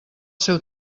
seu